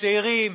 צעירים,